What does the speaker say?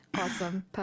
Awesome